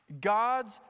God's